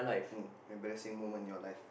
um embarrassing moment in your life